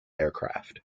aircraft